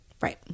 right